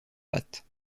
pattes